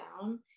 down